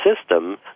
system